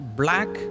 black